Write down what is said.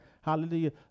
Hallelujah